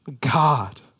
God